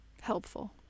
helpful